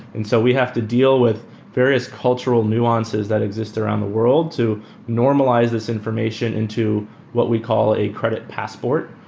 and so we have to deal with various cultural nuances that exist around the world to normalize this information into what we call a credit passport,